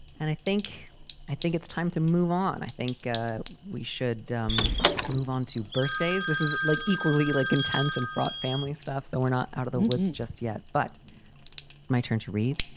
and i think i think it's time to move on. i think we should um move on to birthdays. this is like equally like intense and fraught family stuff. so we're not out of the woods just yet. but it's my turn to read.